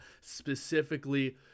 specifically